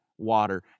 water